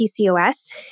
PCOS